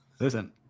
listen